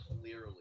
clearly